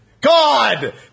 God